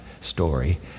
story